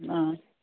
ಹಾಂ